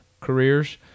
careers